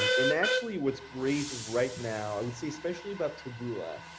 and and actually what's great right now i would say especially about taboola,